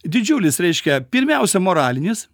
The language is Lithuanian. didžiulis reiškia pirmiausia moralinis